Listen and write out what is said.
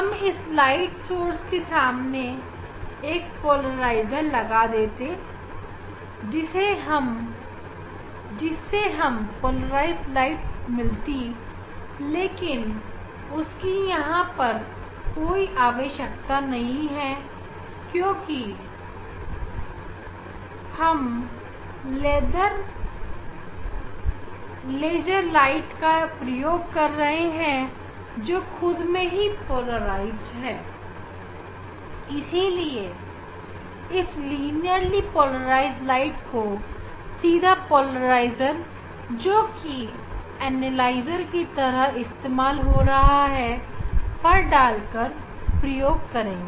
हम प्रकाश सोर्स के सामने एक पोलराइजर लगा देते जिससे हमें पोलराइज प्रकाश मिलती लेकिन उसकी यहां पर कोई आवश्यकता नहीं है क्योंकि हम लेज़र प्रकाश का प्रयोग कर रहे हैं जो खुद में ही पोलराइज है इसीलिए इस लिनियली पोलराइज्ड प्रकाश को सीधा पोलराइजर जो कि एनालाइजर की तरह इस्तेमाल हो रहा है पर डालकर प्रयोग करेंगे